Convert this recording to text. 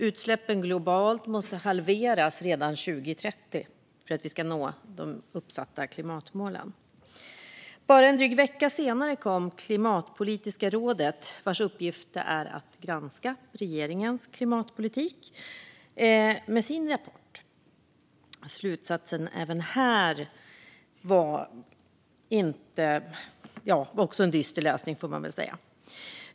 Utsläppen globalt måste halveras redan 2030 för att vi ska nå de uppsatta klimatmålen. Bara en dryg vecka senare kom Klimatpolitikiska rådet, som har till uppgift att granska regeringens klimatpolitik, med sin rapport. Även där var slutsatsen dyster läsning.